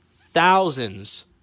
thousands